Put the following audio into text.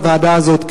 הוועדה הזאת,